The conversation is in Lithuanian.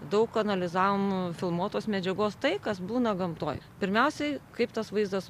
daug analizavom filmuotos medžiagos tai kas būna gamtoj pirmiausiai kaip tas vaizdas